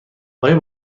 آیا